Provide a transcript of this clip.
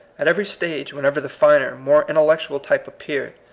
at every stage, whenever the finer, more intellectual type appeared,